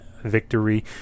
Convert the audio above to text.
Victory